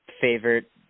favorite